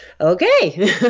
okay